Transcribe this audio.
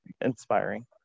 inspiring